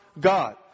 God